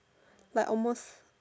like almost